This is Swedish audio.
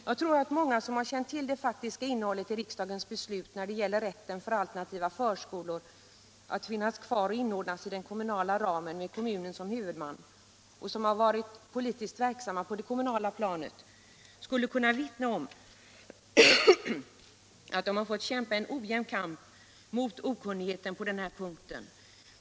Jag tror att många som har känt till det faktiska innehållet i riksdagens beslut, nämligen när det gäller rätten för alternativa förskolor att finnas kvar och inordnas i den kommunala ramen med kommunen som huvudman, liksom de som har varit politiskt verksamma på det kommunala planet skulle kunna vittna om att de har fått kämpa en ojämn kamp mot okunnigheten på den här punkten.